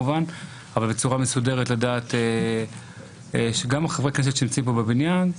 בצורה מסודרת לדעת שגם חברי הכנסת שנמצאים פה בבניין,